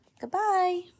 Goodbye